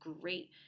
great